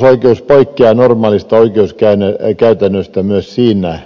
vakuutusoikeus poikkeaa normaalista oikeuskäytännöstä myös siinä